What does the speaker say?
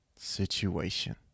situation